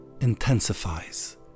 intensifies